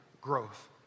growth